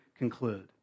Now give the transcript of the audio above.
conclude